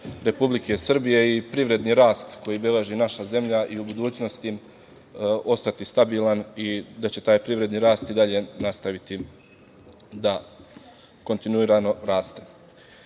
Republike Srbije i privredni rast koji beleži naša zemlja i u budućnosti ostati stabilan i da će taj privredni rast i dalje nastaviti da kontinuirano raste. Kao